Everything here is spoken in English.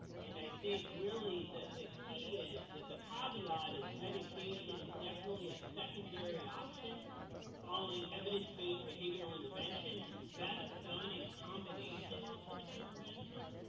and i think really that the key is that the caveat is medication is definitely a secondary option following evidence-based behaviorial interventions, is that done in combination with such intervention,